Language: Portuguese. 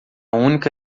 única